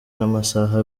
n’amasaha